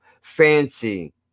fancy